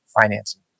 financing